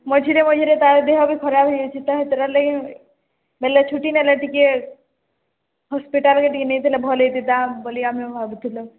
ମଝିରେ ମଝିରେ ତା'ର ଦେହ ବି ଖରାପ ହେଇଯାଇଛି ତ ସେଥିଟାର ଲାଗି ବୋଲେ ଛୁଟି ନେଲେ ଟିକିଏ ହସ୍ପିଟାଲ୍କେ ଟିକିଏ ନେଇଥିଲେ ଭଲ ହେଇଥାନ୍ତା ବୋଲି ଆମେ ଭାବୁଥିଲୁ